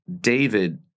David